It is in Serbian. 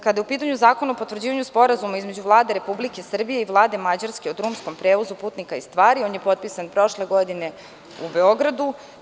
Kada je u pitanju Zakon o potvrđivanju Sporazuma između Vlade RS i Vlade Mađarske o drumskom prevozu putnika i stvari, on je potpisan prošle godine u Beogradu.